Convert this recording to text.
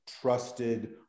trusted